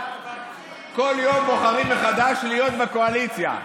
כל יום בוחרים מחדש להיות בקואליציה.